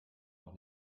noch